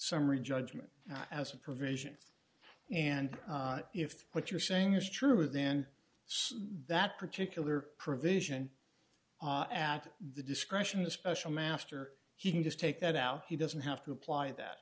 summary judgment as a provision and if what you're saying is true then that particular provision at the discretion of the special master he can just take that out he doesn't have to apply that